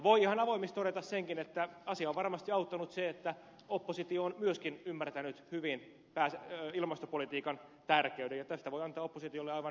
voi ihan avoimesti todeta senkin että asiaa on varmasti auttanut se että myöskin oppositio on ymmärtänyt hyvin ilmastopolitiikan tärkeyden ja tästä voi antaa oppositiolle aivan vilpittömän kiitoksen